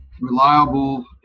reliable